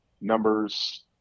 numbers